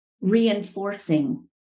reinforcing